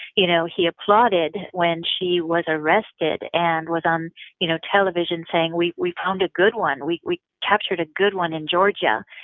you know, he applauded when she was arrested and was on you know television, saying, we we found a good one. we we captured a good one in georgia.